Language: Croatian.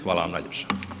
Hvala vam najljepša.